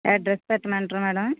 address పెట్టమంటారా madam